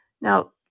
Now